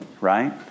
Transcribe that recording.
right